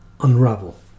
unravel